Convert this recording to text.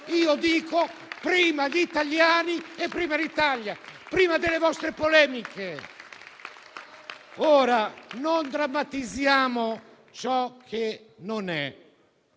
Io dico: prima gli italiani e prima l'Italia, prima delle vostre polemiche. Ora, non drammatizziamo ciò che non è.